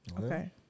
Okay